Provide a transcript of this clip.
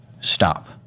stop